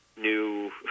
new